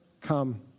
come